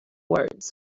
words